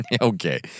Okay